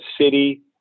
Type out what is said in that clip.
city